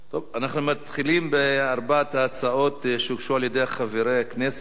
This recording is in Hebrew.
אנחנו מתחילים בארבע ההצעות שהוגשו על-ידי חברי הכנסת: